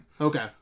Okay